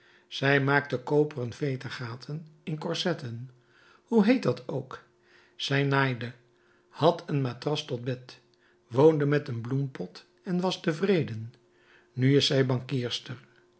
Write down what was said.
zij maakte koperen vetergaten in corsetten hoe heet dat ook zij naaide had een matras tot bed woonde met een bloempot en was tevreden nu is zij